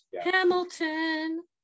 hamilton